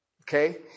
Okay